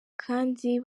kandi